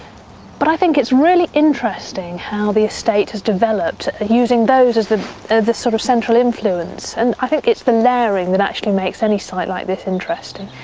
but i think it's really interesting how the estate has developed using those as the the sort of central influence, and i think it's the layering that actually makes any site like this interesting.